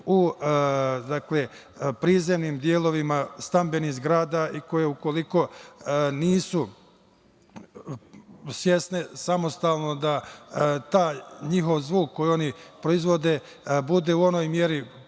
u prizemnim delovima stambenih zgrada i koje ukoliko nisu svesne samostalno da taj njihov zvuk, koji proizvode bude u onoj meri